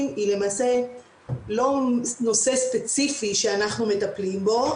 היא למעשה לא נושא ספציפי שאנחנו מטפלים בו,